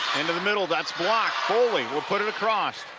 into the middle, that's blocked. foley will put it across.